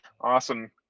Awesome